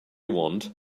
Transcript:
want